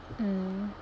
mm